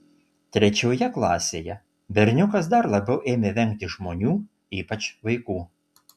trečioje klasėje berniukas dar labiau ėmė vengti žmonių ypač vaikų